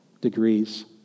degrees